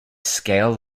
scale